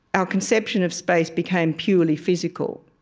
our conception of space became purely physical.